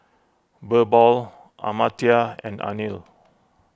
Birbal Amartya and Anil